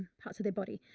parts of their body.